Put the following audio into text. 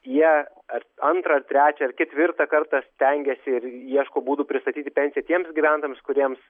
jie ar antrą ar trečią ar ketvirtą kartą stengiasi ir ieško būdų pristatyti pensiją tiems gyventojams kuriems